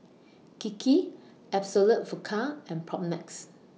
Kiki Absolut Vodka and Propnex